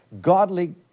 godly